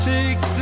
Take